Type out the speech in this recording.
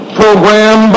program